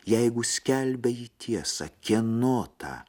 jeigu skelbia ji tiesą kieno tą